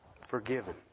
forgiven